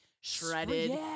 shredded